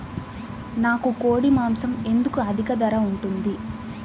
నాకు కోడి మాసం ఎందుకు అధిక ధర ఉంటుంది?